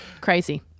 Crazy